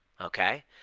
okay